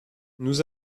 nous